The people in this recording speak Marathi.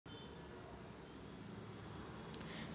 तुम्ही सोन्याची नाणी देखील खरेदी करू शकता